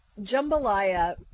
jambalaya